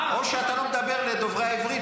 או שאתה לא מדבר לדוברי העברית,